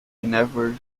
never